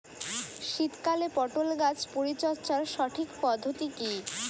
শীতকালে পটল গাছ পরিচর্যার সঠিক পদ্ধতি কী?